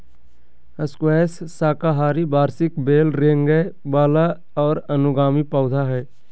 squash साकाहारी वार्षिक बेल रेंगय वला और अनुगामी पौधा हइ